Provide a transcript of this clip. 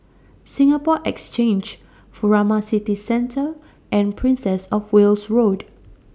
Singapore Exchange Furama City Centre and Princess of Wales Road